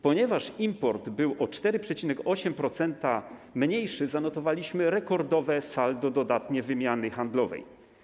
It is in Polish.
Ponieważ import był o 4,8% mniejszy, zanotowaliśmy rekordowe saldo dodatnie wymiany handlowej.